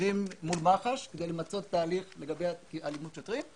חשודים מול מח"ש כדי למצות את ההליך לגבי אלימות שוטרים.